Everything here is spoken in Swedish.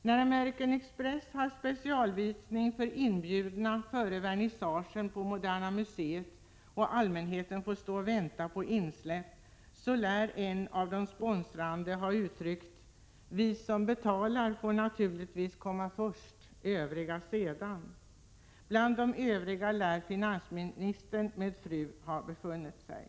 När American Express har specialvisning för inbjudna före vernissagen på Moderna museet och allmänheten får stå och vänta på insläpp, lär en av de sponsrande ha uttryckt: Vi som betalar får naturligtvis komma först, övriga sedan. Bland de övriga lär finansministern med fru ha befunnit sig.